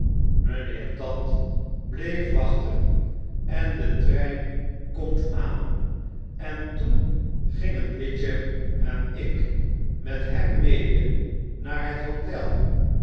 mynheer tatt bleef wachten en de trein komt aan entoengingen witchem en ik met hem mede naar het hotel